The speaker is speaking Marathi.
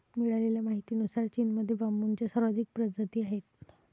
मिळालेल्या माहितीनुसार, चीनमध्ये बांबूच्या सर्वाधिक प्रजाती आहेत